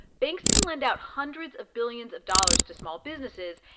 banks can lend out hundreds of billions of dollars to small businesses.